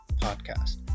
podcast